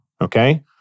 Okay